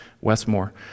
Westmore